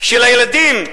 של הילדים,